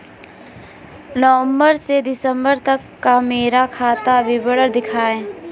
नवंबर से दिसंबर तक का मेरा खाता विवरण दिखाएं?